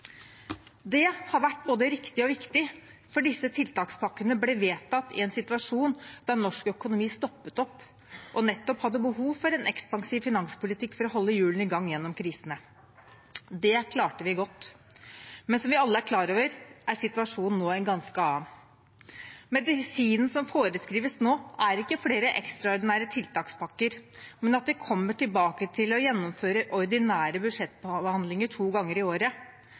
Det har vært både riktig og viktig, for disse tiltakspakkene ble vedtatt i en situasjon der norsk økonomi stoppet opp og nettopp hadde behov for en ekspansiv finanspolitikk for å holde hjulene i gang gjennom krisene. Det klarte vi godt. Som vi alle er klar over, er situasjonen nå en ganske annen. Medisinen som foreskrives nå, er ikke flere ekstraordinære tiltakspakker, men at vi kommer tilbake til å gjennomføre ordinære budsjettbehandlinger to ganger i året.